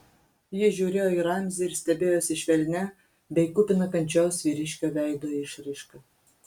ji žiūrėjo į ramzį ir stebėjosi švelnia bei kupina kančios vyriškio veido išraiška